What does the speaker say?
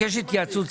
אני לא מרשה לו לשאול.